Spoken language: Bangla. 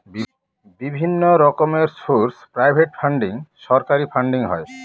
বিভিন্ন রকমের সোর্স প্রাইভেট ফান্ডিং, সরকারি ফান্ডিং হয়